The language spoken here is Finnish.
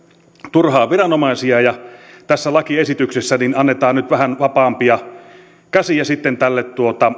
turhaan viranomaisia tässä lakiesityksessä annetaan nyt vähän vapaampia käsiä